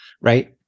right